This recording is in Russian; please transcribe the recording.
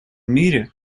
мире